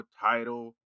title